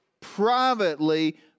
privately